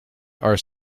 are